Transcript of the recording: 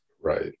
right